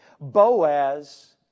Boaz